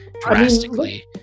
drastically